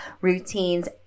routines